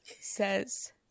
says